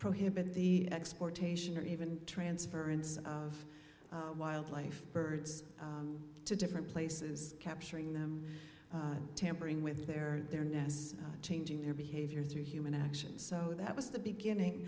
prohibit the exportation or even transference of wildlife birds to different places capturing them tampering with their their nests changing their behavior through human actions so that was the beginning